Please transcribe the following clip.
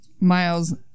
Miles